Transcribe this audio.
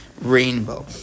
rainbow